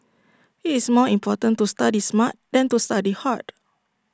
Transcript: IT is more important to study smart than to study hard